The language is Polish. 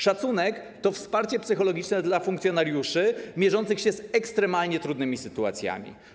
Szacunek to wsparcie psychologiczne dla funkcjonariuszy mierzących się z ekstremalnie trudnymi sytuacjami.